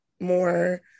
more